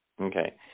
okay